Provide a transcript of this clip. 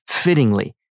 fittingly